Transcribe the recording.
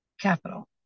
capital